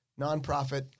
nonprofit